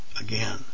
again